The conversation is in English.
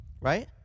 right